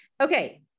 Okay